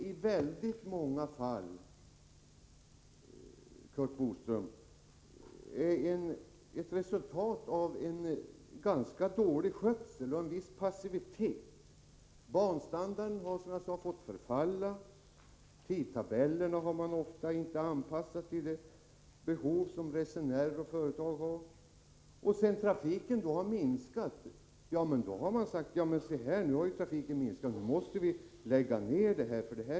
I väldigt många fall, Curt Boström, är denna nedläggning ett resultat av en ganska dålig skötsel och en viss passivitet. Banstandarden har, som jag sade, fått förfalla, tidtabellerna har man ofta inte anpassat till de behov som resenärer och företag har. Sedan trafiken som en följd av detta har minskat har man sagt, att eftersom trafiken har minskat måste vi lägga ned den.